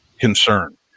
concern